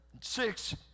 six